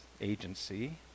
agency